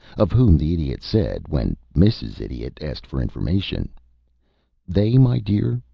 of whom the idiot said, when mrs. idiot asked for information they, my dear,